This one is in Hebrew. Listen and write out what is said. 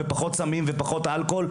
פחות סמים ופחות אלכוהול,